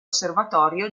osservatorio